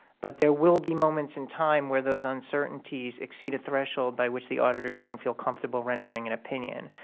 but there will be moments in time where those uncertainties exceed a threshold by which the auditors don't feel comfortable rendering an opinion.